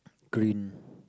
green